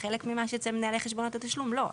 וחלק ממה שאצל מנהלי חשבונות התשלום לא.